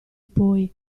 poi